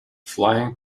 flying